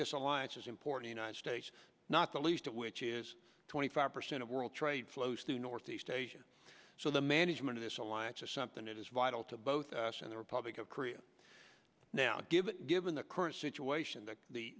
this alliance has important night states not the least of which is twenty five percent of world trade flows through northeast asia so the management of this alliance or something it is vital to both us and the republic of korea now given given the current situation that the